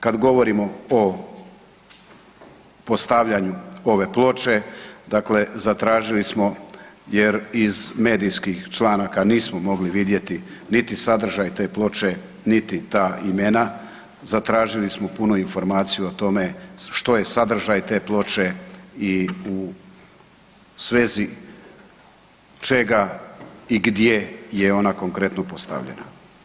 Kad govorimo o postavljanju ove ploče, dakle zatražili smo jer iz medijskih članaka nismo mogli vidjeti niti sadržaj te ploče niti ta imena, zatražili smo punu informaciju o tome što je sadržaj te ploče i svezi čega i gdje je ona konkretno postavljena.